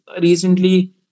recently